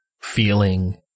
feeling